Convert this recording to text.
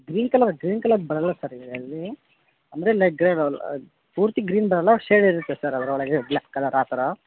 green colour green colour ಬರಲ್ಲ sir ಈಗ ಇಲ್ಲೀ ಅಂದರೆ ಪೂರ್ತಿ ಗ್ರೀನ್ ಬರಲ್ಲ ಶೇಡ್ ಇರುತ್ತೆ ಸರ್ ಅದರೊಳಗೆ ಬ್ಲ್ಯಾಕ್ ಕಲ್ಲರ್ ಆ ಥರ